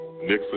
Nixon